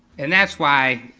and that's why,